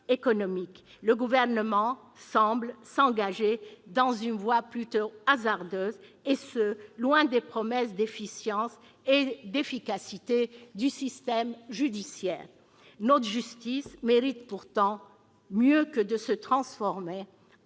le Gouvernement semble s'engager dans une voie plutôt hasardeuse, loin des promesses de renforcement de l'efficience et de l'efficacité du système judiciaire. Notre justice mérite pourtant mieux que de se transformer en une énième branche